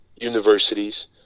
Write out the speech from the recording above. universities